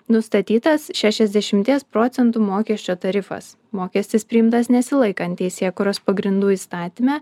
nustatytas šešiasdešimties procentų mokesčio tarifas mokestis priimtas nesilaikant teisėkūros pagrindų įstatyme